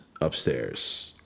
Upstairs